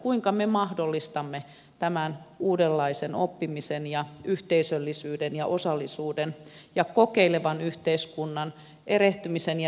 kuinka me mahdollistamme tämän uudenlaisen oppimisen ja yhteisöllisyyden ja osallisuuden ja kokeilevan yhteiskunnan erehtymisen ja yrittämisen